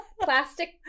Plastic